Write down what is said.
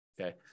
Okay